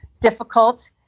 difficult